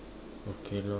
okay lor